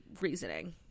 reasoning